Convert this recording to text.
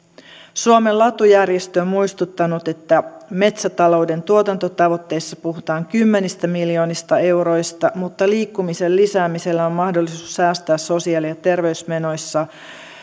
suomen latu järjestö on muistuttanut että metsätalouden tuotantotavoitteissa puhutaan kymmenistä miljoonista euroista mutta liikkumisen lisäämisellä on mahdollisuus säästää sosiaali ja terveysmenoissa